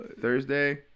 Thursday